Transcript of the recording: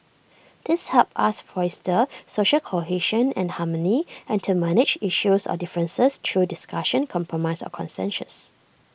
these help us foster social cohesion and harmony and to manage issues or differences through discussion compromise and consensus